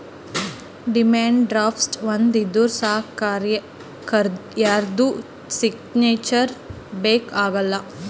demand draft ಒಂದ್ ಇದ್ದೂರ್ ಸಾಕ್ ಯಾರ್ದು ಸಿಗ್ನೇಚರ್ನೂ ಬೇಕ್ ಆಗಲ್ಲ